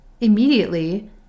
immediately